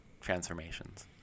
transformations